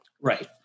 Right